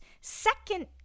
Second